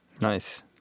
Nice